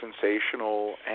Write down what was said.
sensational